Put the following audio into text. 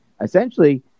Essentially